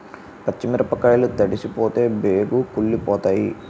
పచ్చి మిరపకాయలు తడిసిపోతే బేగి కుళ్ళిపోతాయి